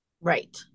Right